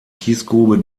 kiesgrube